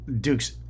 Duke's